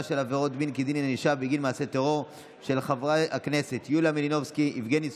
אני קובע שגם הצעת החוק של חבר הכנסת עודד פורר התקבלה בקריאה